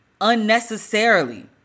unnecessarily